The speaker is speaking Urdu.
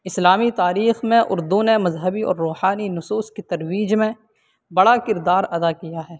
اسلامی تاریخ میں اردو نے مذہبی اور روحانی نصوص کی ترویج میں بڑا کردار ادا کیا ہے